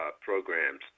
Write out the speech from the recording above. programs